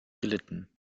gelitten